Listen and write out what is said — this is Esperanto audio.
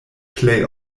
plej